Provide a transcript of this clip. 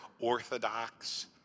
orthodox